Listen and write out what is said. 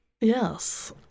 Yes